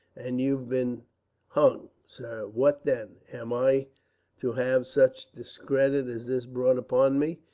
and you'd been hung, sir, what then? am i to have such discredit as this brought upon me,